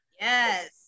yes